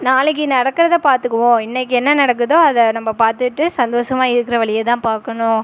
நாளைக்கு நடக்கிறத பார்த்துக்குவோம் இன்றைக்கி என்ன நடக்குதோ அதை நம்ம பார்த்துட்டு சந்தோஷமா இருக்கிற வழியை தான் பார்க்கணும்